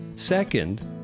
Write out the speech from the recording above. Second